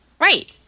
Right